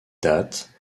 date